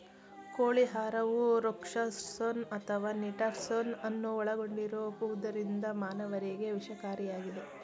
ಕೋಳಿ ಆಹಾರವು ರೊಕ್ಸಾರ್ಸೋನ್ ಅಥವಾ ನಿಟಾರ್ಸೋನ್ ಅನ್ನು ಒಳಗೊಂಡಿರುವುದರಿಂದ ಮಾನವರಿಗೆ ವಿಷಕಾರಿಯಾಗಿದೆ